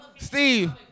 Steve